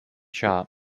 shop